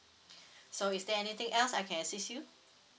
so is there anything else I can assist you